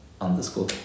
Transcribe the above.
underscore